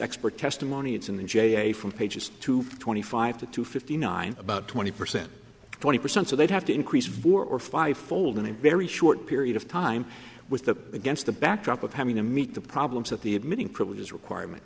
expert testimony it's in the j a from pages two twenty five to two fifty nine about twenty percent twenty percent so they'd have to increase for five fold in a very short period of time with the against the backdrop of having to meet the problems that the admitting privileges requirement